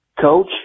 coach